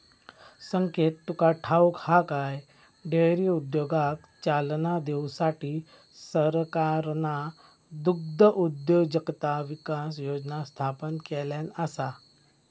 संकेत तुका ठाऊक हा काय, डेअरी उद्योगाक चालना देऊसाठी सरकारना दुग्धउद्योजकता विकास योजना स्थापन केल्यान आसा